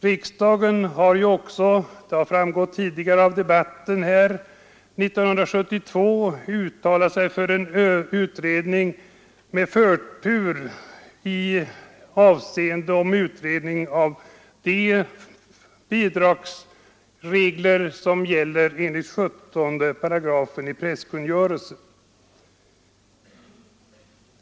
Riksdagen har ju också — som framgått tidigare av debatten här — 1972 uttalat sig för en utredning med förtur i avseende på de bidragsregler som gäller enligt 178 presstödkungörelsen.